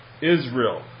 Israel